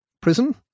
prison